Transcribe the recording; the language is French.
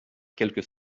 quelques